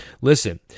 Listen